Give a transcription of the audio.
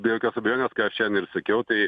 be jokios abejonės ką aš šiandien ir sakiau tai